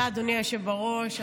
תודה, אדוני היושב בראש.